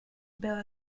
bell